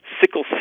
sickle